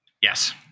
Yes